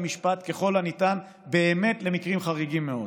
המשפט ככל הניתן באמת למקרים חריגים מאוד,